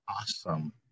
Awesome